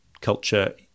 culture